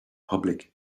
public